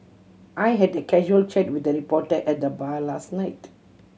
I had a casual chat with a reporter at the bar last night